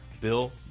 Bill